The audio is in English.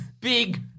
big